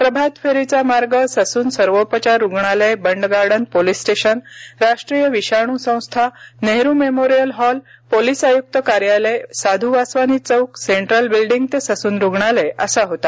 प्रभात फेरीचा मार्ग ससून सर्वोपचार रुग्णालय बंडगार्डन पोलीस स्टेशन राष्ट्रीय विषाणू संस्था नेहरू मेमोरियल हॉल पोलीस आयुक्त कार्यालयत साधु वासवानी चौक सेंट्रल बिल्डींग ते ससून सर्वोपचार रुग्णालय असा होता